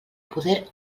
poder